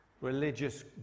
religious